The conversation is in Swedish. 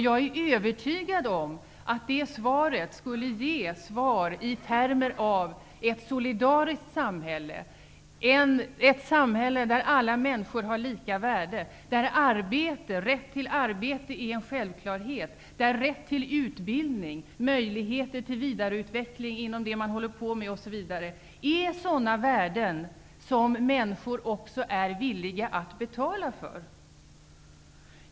Jag är övertygad om att de frågorna skulle få svar i termer av ett solidariskt samhälle, ett samhälle där alla människor har lika värde och där rätt till arbete är en självklarhet. Rätt till utbildning, möjligheter till vidareutveckling inom det man arbetar med, osv. är sådana värden som människor är villiga att betala för.